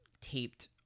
taped